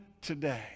today